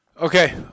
Okay